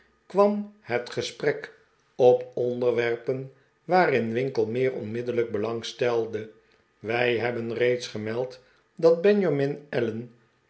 kwam het gesprek op onderwerpen waarin winkle meer onmiddellijk belang stelde wij hebben reeds gemeld dat benjamin allen